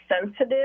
sensitive